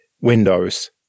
Windows